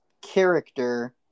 character